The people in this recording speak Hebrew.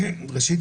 ראשית,